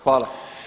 Hvala.